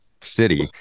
city